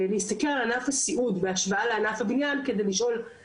כדי לשאול למה פה זה ככה ובבניין זה כן בסדר.